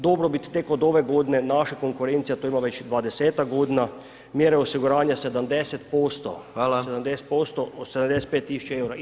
Dobrobit tek od ove godine, naša konkurencija, to ima već 20-ak godina, mjere osiguranja 70% [[Upadica: Hvala.]] 70%, 75 tisuća eura itd.